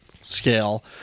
scale